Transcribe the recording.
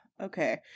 okay